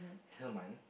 hillman